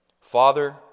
Father